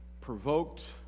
provoked